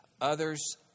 others